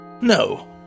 no